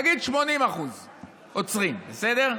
נגיד 80% עוצרים, בסדר?